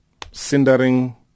cindering